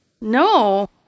No